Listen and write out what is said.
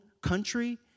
country